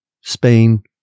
spain